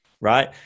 right